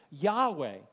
Yahweh